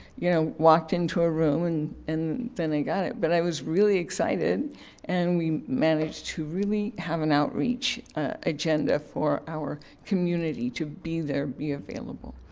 you know, walked into a room and and then i got it. but i was really excited and we managed to really have an outreach agenda for our community to be there, be available.